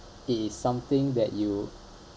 it is something that you